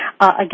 Again